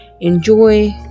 Enjoy